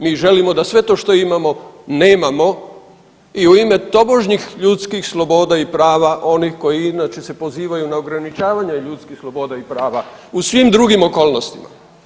Mi želimo da sve to što imamo nemamo i u ime tobožnjih ljudskih sloboda i prava onih koji inače se pozivaju na ograničavanje ljudskih sloboda i prava u svim drugim okolnostima.